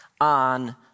on